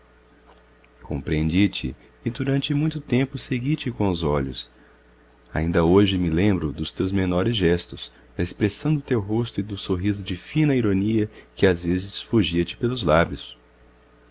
toilettes compreendi te e durante muito tempo segui te com os olhos ainda hoje me lembro dos teus menores gestos da expressão do teu rosto e do sorriso de fina ironia que às vezes fugia te pelos lábios